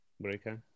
breaker